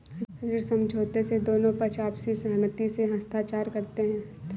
ऋण समझौते में दोनों पक्ष आपसी सहमति से हस्ताक्षर करते हैं